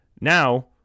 Now